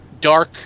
dark